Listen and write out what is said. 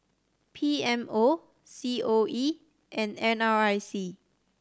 P M O C O E and N R I C